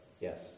Yes